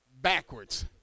backwards